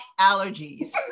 allergies